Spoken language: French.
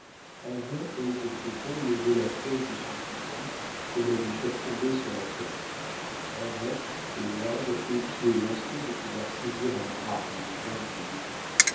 en vain œil de faucon levait la crosse de son fusil pour la lui faire tomber sur la tête en vain heyward épiait l'instant de pouvoir saisir un bras ou une jambe du